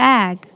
Bag